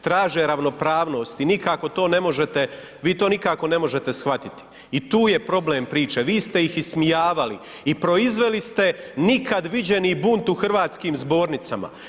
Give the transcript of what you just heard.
Traže ravnopravnost i nikako to ne možete, vi to nikako ne možete shvatiti i tu je problem priče, vi ste ih ismijavali i proizveli ste nikad viđeni bunt u hrvatskim zbornicama.